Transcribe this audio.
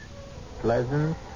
pleasant